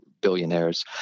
billionaires